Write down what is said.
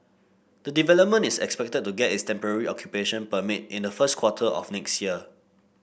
the development is expected to get its temporary occupation permit in the first quarter of next year